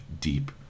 deep